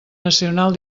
nacional